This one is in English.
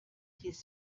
his